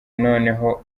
noneho